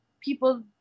people